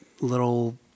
little